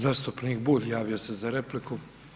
Zastupnik Bulj javio se za repliku.